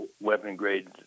weapon-grade